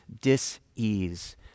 dis-ease